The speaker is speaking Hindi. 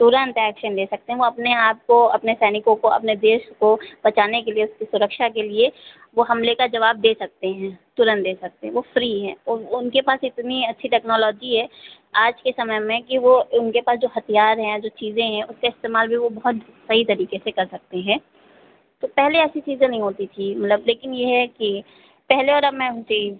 तुरन्त ऐक्शन ले सकते हैं वो अपने आपको अपने सैनिकों को अपने देश को बचाने के लिए उसकी सुरक्षा के लिए वो हमले का जवाब दे सकते हैं तुरन्त दे सकते हैं वो फ़्री हैं ओह उनके पास इतनी अच्छी टेक्नोलॉजी है आज के समय में कि वो उनके पास जो हथियार हैं या जो चीज़ें हैं उसका इस्तेमाल भी वो बहुत सही तरीके से कर सकते हैं तो पहले ऐसी चीज़ें नहीं होती थी मतलब लेकिन ये है कि पहले और अब में